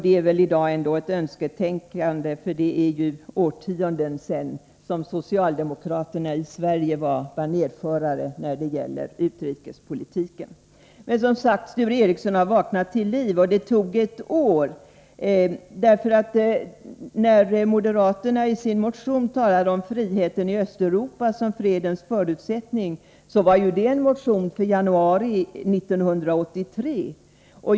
Det är väl ändå i dag ett önsketänkande, för det är ju årtionden sedan socialdemokraterna i Sverige var banérförare när det gäller utrikespolitiken. Men som sagt: Sture Ericson har vaknat till liv, och det tog ett år. När moderaterna i sin motion talade om friheten i Östeuropa som fredens förutsättning, så var ju det i en motion i januari 1983.